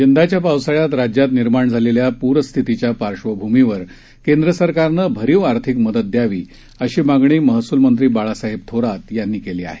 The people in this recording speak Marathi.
यंदाच्या पावसाळ्यात राज्यात निर्माण झालेल्या पुरस्थितीच्या पार्श्वभूमीवर केंद्रसरकारनं भरीव आर्थिक मदत द्यावी अशी मागणी महसूलमंत्री बाळासाहेब थोरात यांनी केली आहे